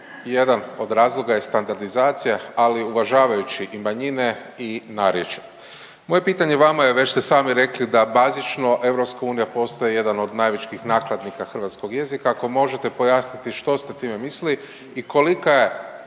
jedan od razloga je standardizacija, ali uvažavajući i manjine i narječja. Moje pitanje vama je već ste sami rekli da bazično EU postaje jedan od najvećih nakladnika hrvatskog jezika, ako možete pojasniti što ste time mislili i kolika je